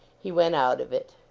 he went out of it.